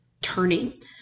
turning